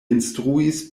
instruis